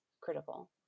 critical